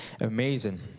Amazing